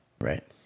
Right